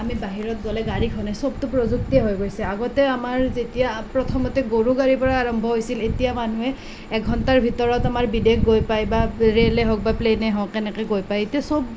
আমি বাহিৰত গ'লে গাড়ীখনেই চবটো প্ৰযুক্তিয়েই হৈ গৈছে আগতে আমাৰ যেতিয়া প্ৰথমতে গৰু গাড়ীৰ পৰা আৰম্ভ হৈছিল এতিয়া মানুহে এঘণ্টাৰ ভিতৰত আমাৰ বিদেশ গৈ পায় বা মানুহে ৰেলেই হওক বা প্লেনেই হওক এনেকৈ গৈ পায় এতিয়া চব